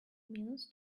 minutes